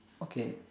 okay